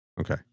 okay